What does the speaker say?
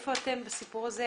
היכן אתם בסיפור הזה?